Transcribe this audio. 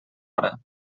hora